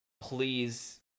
please